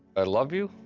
i love you,